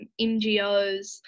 NGOs